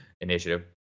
initiative